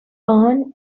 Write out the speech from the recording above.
ann